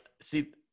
see